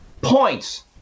points